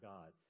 God